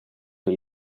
qui